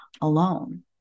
alone